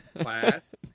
class